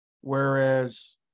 whereas